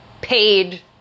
paid